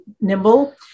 nimble